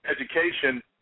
education